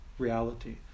Reality